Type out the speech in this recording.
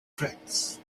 tracts